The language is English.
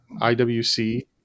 IWC